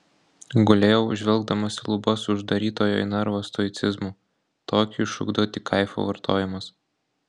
gulėjau žvelgdamas į lubas su uždarytojo į narvą stoicizmu tokį išugdo tik kaifo vartojimas